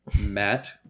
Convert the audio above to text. Matt